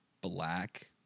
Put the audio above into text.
black